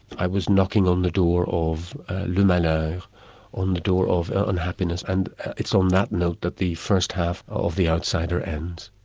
i was knocking on the door of le malheur on the door of unhappiness, and it's on that note that the first half of the outsider ends.